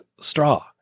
straw